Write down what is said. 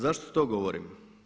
Zašto to govorim?